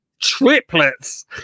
Triplets